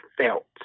felt